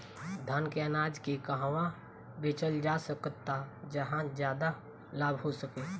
धान के अनाज के कहवा बेचल जा सकता जहाँ ज्यादा लाभ हो सके?